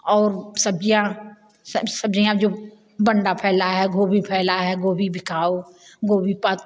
और सब्ज़ियाँ सब सब्ज़ियाँ जो बंटा फैला है गोभी फैला है गोभी भी खाओ वो भी पत्ता